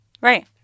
Right